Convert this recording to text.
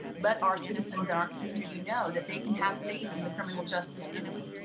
let our citizens in our community know that they can have faith in the criminal justice system.